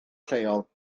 lleol